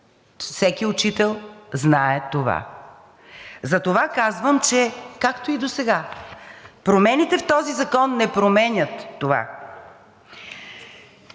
Всеки учител знае това. Затова казвам, че както и досега. Промените в този закон не променят това.